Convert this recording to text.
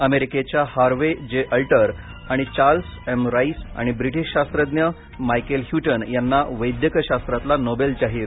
अमेरिकेच्या Harvey J Alter आणि Charles M Rice आणि ब्रिटीश शास्त्रज्ञ मायकेल ह्यूटन यांना वैद्यक शास्त्रातला नोबेल जाहीर